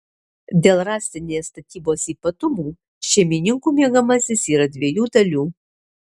dėl rąstinės statybos ypatumų šeimininkų miegamasis yra dviejų dalių